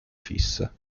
fissa